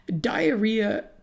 diarrhea